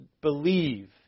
believe